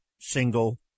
single